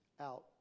out